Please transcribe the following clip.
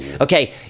Okay